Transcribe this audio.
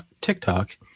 TikTok